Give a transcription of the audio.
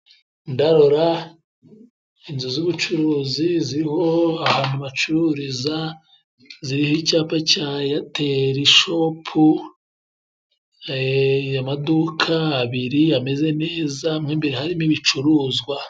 Ndarora inzu z'ubucuruzi ziriho ahantu bacururiza ziriho icyapa ca eyateli shopu amaduka abiri ameze neza mo imbere harimo ibicuruzwa.